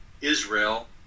Israel